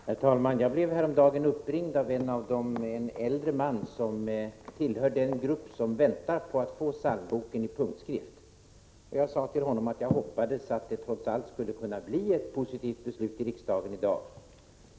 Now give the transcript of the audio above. Herr talman! Jag blev häromdagen uppringd av en äldre man, som tillhör den grupp som väntar på att få psalmboken i punktskrift. Jag sade till honom att jag hoppades att det trots allt skulle kunna bli ett positivt beslut i riksdagen i dag.